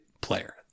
player